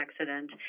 accident